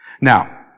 Now